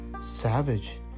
savage